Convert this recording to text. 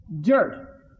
dirt